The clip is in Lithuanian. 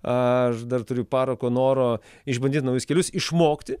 aš dar turiu parako noro išbandyt naujus kelius išmokti